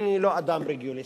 אני לא אדם רליגיוזי,